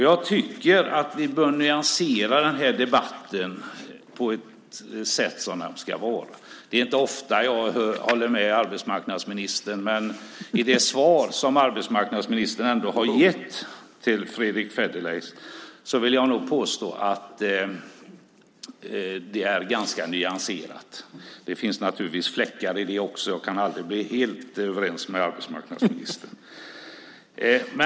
Jag tycker att ni bör nyansera debatten så att den blir som den ska vara. Det är inte ofta jag håller med arbetsmarknadsministern, men jag vill ändå påstå att det svar som han har gett Fredrick Federley är ganska nyanserat. Det finns naturligtvis fläckar i det också; jag kan aldrig bli helt överens med arbetsmarknadsministern.